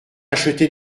acheter